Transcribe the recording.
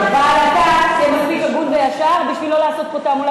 ואתה מספיק הגון וישר בשביל לא לעשות פה תעמולת